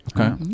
Okay